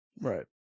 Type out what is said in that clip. right